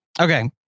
okay